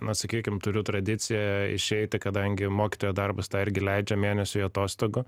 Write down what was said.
na sakykim turiu tradiciją išeiti kadangi mokytojo darbas tą irgi leidžia mėnesiui atostogų